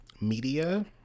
media